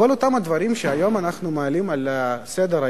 כל אותם הדברים שהיום אני מעלה על סדר-היום,